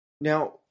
Now